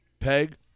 Peg